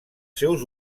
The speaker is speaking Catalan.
seus